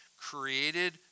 Created